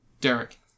Derek